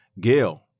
Gail